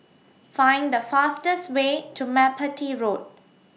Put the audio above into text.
Find The fastest Way to Merpati Road